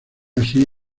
así